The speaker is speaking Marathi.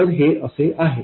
तर हे असे आहे